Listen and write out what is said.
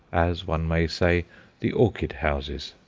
as one may say the orchid-houses.